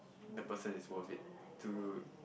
the person is worth it to